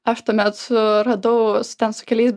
aš tuomet suradau ten su keliais